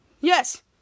yes